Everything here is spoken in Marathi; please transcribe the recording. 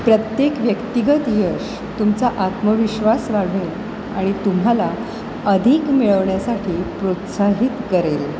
प्रत्येक व्यक्तिगत यश तुमचा आत्मविश्वास वाढवेल आणि तुम्हाला अधिक मिळवण्यासाठी प्रोत्साहित करेल